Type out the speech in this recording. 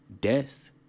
death